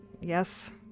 yes